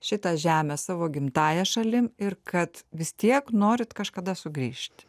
šitą žemę savo gimtąja šalim ir kad vis tiek norit kažkada sugrįžt